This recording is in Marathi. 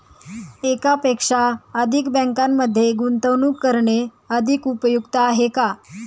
एकापेक्षा अधिक बँकांमध्ये गुंतवणूक करणे अधिक उपयुक्त आहे का?